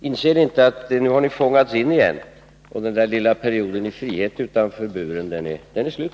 Inser ni inte att ni har fångats in igen? Den korta perioden i frihet utanför buren är nu slut.